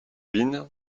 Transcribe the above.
carabines